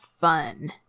fun